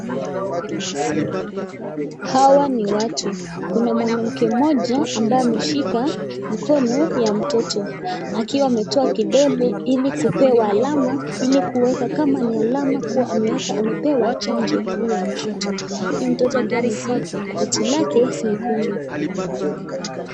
Hawa ni watu kuna mwanamke mmoja ambaye ameshika mkono ya mtoto akiwa ameshika kidole ili kupewa alama ili kuweka kama ni alama amepewa chanjo huyo mtoto. Huyo mtoto akiwa amevaa koti lake nyekundu.